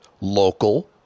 local